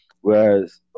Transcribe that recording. whereas